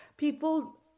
People